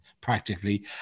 practically